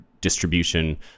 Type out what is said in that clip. distribution